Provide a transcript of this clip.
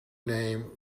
name